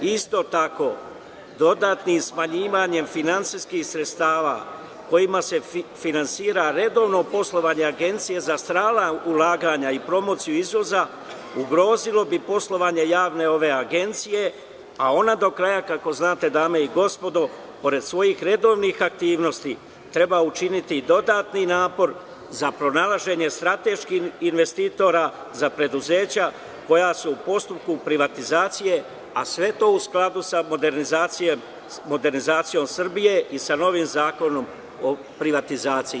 Isto tako, dodatno smanjivanje finansijskih sredstava kojima se finansira redovno poslovanje Agencije za strana ulaganja i promociju izvoza ugrozilo bi poslovanje javne agencije, a ona do kraja, kako znate, dame i gospodo, pored svojih redovnih aktivnosti, treba učiniti i dodatni napor za pronalaženje strateških investitora za preduzeća koja su u postupku privatizacije, a sve to u skladu sa modernizacijom Srbije i sa novim Zakonom o privatizaciji.